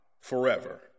forever